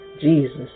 Jesus